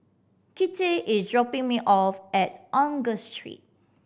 Kinte is dropping me off at Angus Street